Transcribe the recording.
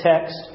text